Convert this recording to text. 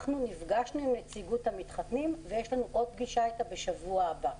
אנחנו נפגשנו עם נציגות המתחתנים ויש לנו עוד פגישה איתה בשבוע הבא.